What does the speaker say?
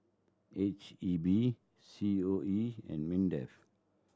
H E B C O E and MINDEF